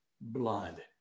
blood